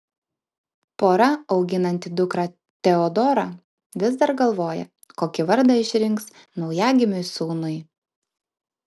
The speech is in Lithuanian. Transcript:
pora auginanti dukrą teodorą vis dar galvoja kokį vardą išrinks naujagimiui sūnui